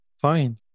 fine